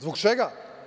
Zbog čega?